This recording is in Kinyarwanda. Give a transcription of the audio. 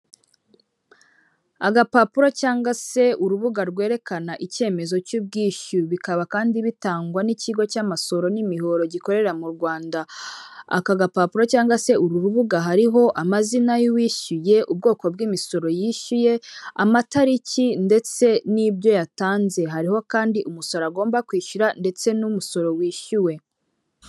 Agapapuro cyangwa se urubuga rwerekana icyemezo cy'ubwishyu bikaba kandi bitangwa n'ikigo cy'amasoro n'imihoro gikorera mu Rwanda, aka gapapuro cyangwa se uru rubuga hariho amazina y'uwishyuye ubwoko bw'imisoro yishyuye amatariki ndetse nibyo yatanze hariho kandi umusoro agomba kwishyura ndetse n'umusoro wishyuwe.